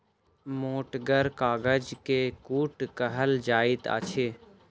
मोटगर कागज के कूट कहल जाइत अछि